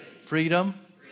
freedom